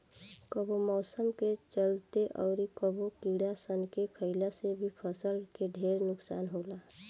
कबो मौसम के चलते, अउर कबो कीड़ा सन के खईला से भी फसल के ढेरे नुकसान होला